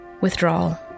Withdrawal